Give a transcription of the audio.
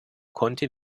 konnte